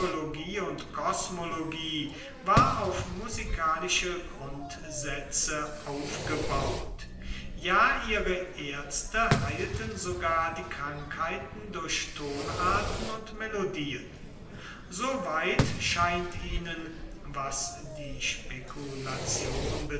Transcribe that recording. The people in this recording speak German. und kosmologie war auf musikalische grundsätze gebaut ja ihre ärzte heilten sogar die krankheiten durch tonarten und melodien so weit scheint ihnen was die